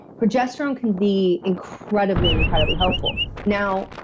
progesterone can be incredibly, incredibly helpful. now,